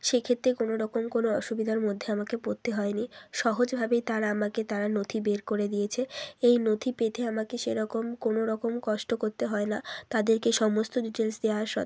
সেইক্ষেত্রে কোনো রকম কোনো অসুবিধার মধ্যে আমাকে পড়তে হয়নি সহজভাবেই তারা আমাকে তারা নথি বের করে দিয়েছে এই নথি পেতে আমাকে সেরকম কোনো রকম কষ্ট করতে হয় না তাদেরকে সমস্ত ডিটেলস দেওয়ার